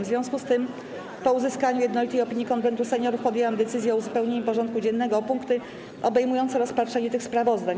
W związku z tym, po uzyskaniu jednolitej opinii Konwentu Seniorów, podjęłam decyzję o uzupełnieniu porządku dziennego o punkty obejmujące rozpatrzenie tych sprawozdań.